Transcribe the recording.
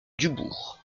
dubourg